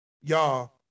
y'all